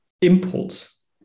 impulse